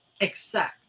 accept